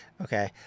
okay